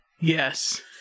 Yes